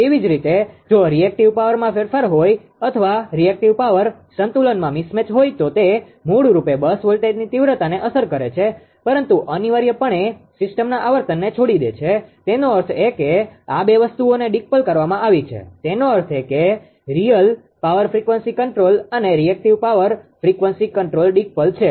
તેવી જ રીતે જો રિએક્ટિવ પાવરમાં ફેરફાર હોઈ અથવા રિએક્ટિવ પાવર સંતુલનમાં મિસ મેચ હોઈ તો તે મૂળરૂપે બસ વોલ્ટેજની તીવ્રતાને અસર કરે છે પરંતુ અનિવાર્યપણે સિસ્ટમના આવર્તનને છોડી દે છે તેનો અર્થ એ કે આ બે વસ્તુઓને ડી કપલ કરવામાં આવી છે તેનો અર્થ એ કે રીઅલ પાવર ફ્રિકવન્સી કન્ટ્રોલ અને reactive power voltage control decouple છે